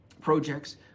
projects